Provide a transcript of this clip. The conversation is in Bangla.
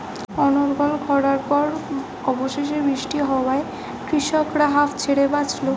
অনর্গল খড়ার পর অবশেষে বৃষ্টি হওয়ায় কৃষকরা হাঁফ ছেড়ে বাঁচল